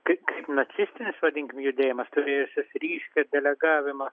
kaip kaip nacistinis vadinkim judėjimas turėjęs ryškų delegavimą